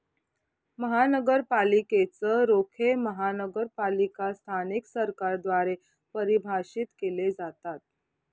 महानगरपालिकेच रोखे महानगरपालिका स्थानिक सरकारद्वारे परिभाषित केले जातात